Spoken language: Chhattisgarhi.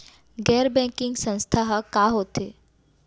गैर बैंकिंग संस्था ह का होथे?